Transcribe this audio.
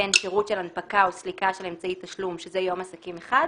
בין שירות של הנפקה או סליקה של אמצעי תשלום שזה יום עסקים אחד,